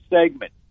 segment